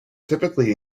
typically